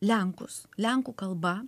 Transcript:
lenkus lenkų kalba